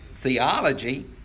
Theology